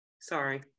sorry